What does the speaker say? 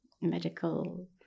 medical